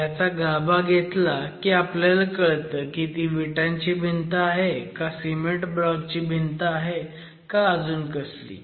त्याचा गाभा घेतला की आपल्याला कळतं की ती विटांची भिंत आहे का सिमेंट ब्लॉकची भिंत आहे का अजून कसली